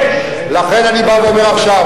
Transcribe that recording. תתבייש עם הפה הזה.